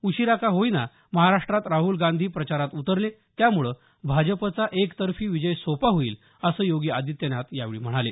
उशिरा का होईना महाराष्ट्रात राहुल गांधी प्रचारात उतरले त्यामुळे भाजपचा एकतर्फी विजय सोपा होईल असं योगी आदित्यनाथ यावेळी म्हणाले